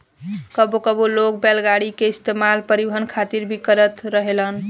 कबो कबो लोग बैलगाड़ी के इस्तेमाल परिवहन खातिर भी करत रहेले